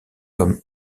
comme